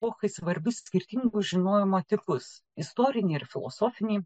epochai svarbius skirtingus žinojimo tipus istorinį ir filosofinį